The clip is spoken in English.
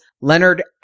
Leonard